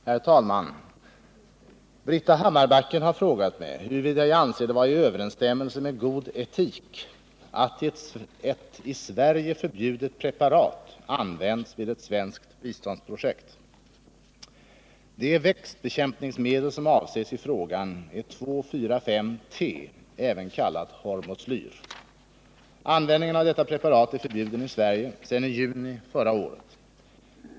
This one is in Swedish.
Herr talman! Britta Hammarbacken har frågat mig huruvida jag anser det vara i överensstämmelse med god etik att ett i Sverige förbjudet preparat används vid ett svenskt biståndsprojekt. Det växtbekämpningsmedel som avses i frågan är 2,4,5-T, även kallat hormoslyr. Användningen av detta preparat är förbjuden i Sverige sedan i juni förra året.